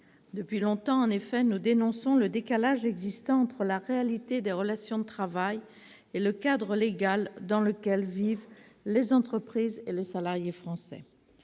Depuis longtemps, en effet, nous dénonçons le décalage existant entre la réalité des relations de travail et le cadre légal dans lequel vivent les entreprises et les salariés français.